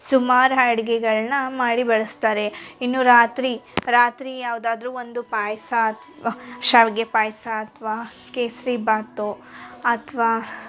ಸುಮಾರು ಅಡಿಗೆಗಳ್ನ ಮಾಡಿ ಬಡಿಸ್ತಾರೆ ಇನ್ನು ರಾತ್ರಿ ರಾತ್ರಿ ಯಾವ್ದಾದರೂ ಒಂದು ಪಾಯಸ ಅಥವಾ ಶಾವಿಗೆ ಪಾಯಸ ಅಥವಾ ಕೇಸರಿ ಬಾತು ಅಥವಾ